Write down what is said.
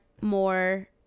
more